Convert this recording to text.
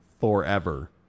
forever